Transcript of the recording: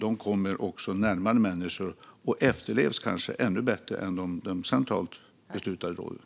De kommer också närmare människor och efterlevs kanske ännu bättre än de centralt beslutade råden.